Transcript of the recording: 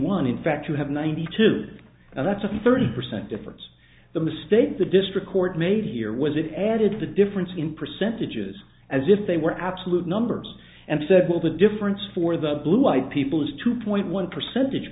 one in fact you have ninety two and that's a thirty percent difference the mistake the district court made here was it added the difference in percentages as if they were absolute numbers and said well the difference for the blue eyed people is two point one percentage